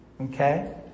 okay